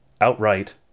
outright